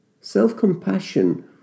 Self-compassion